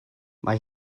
mae